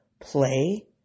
play